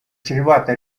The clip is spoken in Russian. чревато